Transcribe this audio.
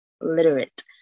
literate